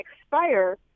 expire